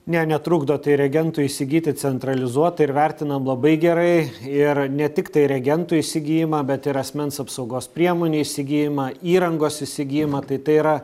ne netrukdo tai reagentų įsigyti centralizuotai ir vertinam labai gerai ir ne tiktai reagentų įsigijimą bet ir asmens apsaugos priemonių įsigijimą įrangos įsigijimą tai tai yra